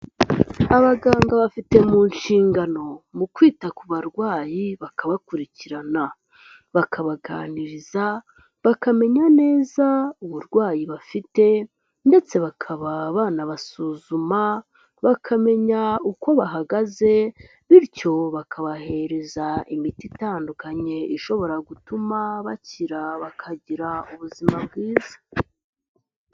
Abaganga bafite mu nshingano mu kwita ku barwayi, bakabakurikirana. Bakabaganiriza, bakamenya neza uburwayi bafite ndetse bakaba banabasuzuma, bakamenya uko bahagaze bityo bakabahereza imiti itandukanye ishobora gutuma bakira bakagira ubuzima bwiza.